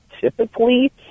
typically